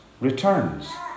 returns